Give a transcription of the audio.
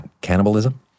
cannibalism